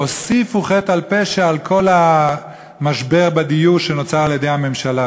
והוסיפו חטא על פשע על כל המשבר בדיור שנוצר על-ידי הממשלה,